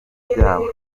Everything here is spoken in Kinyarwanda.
byabo